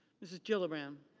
mrs. jill a brand.